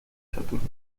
saturno